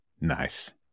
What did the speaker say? Nice